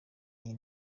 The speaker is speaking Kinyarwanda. iyi